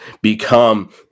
become